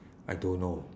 I don't know